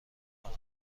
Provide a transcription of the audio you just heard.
کنم